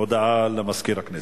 הודעה למזכיר הכנסת,